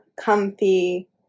comfy